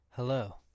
Hello